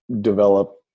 develop